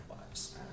lives